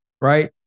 Right